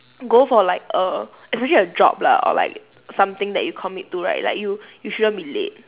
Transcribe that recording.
go for like a especially a job lah or like something that you commit to right like you you shouldn't be late